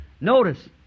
Notice